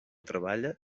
treballa